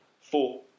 Four